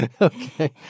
Okay